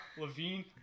Levine